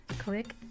Click